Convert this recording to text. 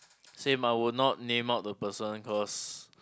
same I will not name out the person cause